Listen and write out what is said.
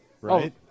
right